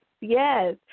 Yes